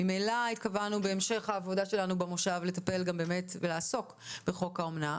ממילא התכוונו בהמשך העבודה שלנו במושב לטפל גם ולעסוק בחוק האומנה,